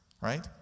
right